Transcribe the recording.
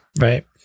Right